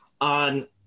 on